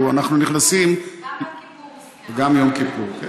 תראו, אנחנו נכנסים, וגם יום כיפור, גם יום כיפור.